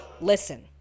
Listen